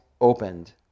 opened